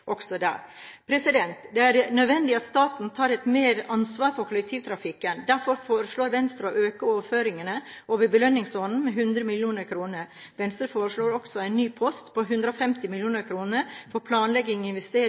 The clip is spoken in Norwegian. også der. Det er nødvendig at staten tar mer ansvar for kollektivtrafikken. Derfor foreslår Venstre å øke overføringene over belønningsordningen med 100 mill. kr. Venstre foreslår også en ny post på 150 mill. kr for planlegging, investering og